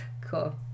Cool